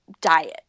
diet